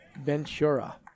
Ventura